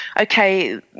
okay